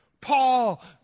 Paul